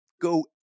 go